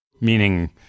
Meaning